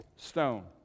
Stone